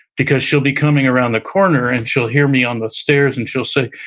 because she'll be coming around the corner and she'll hear me on the stairs and she'll say,